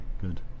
good